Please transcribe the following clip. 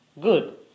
good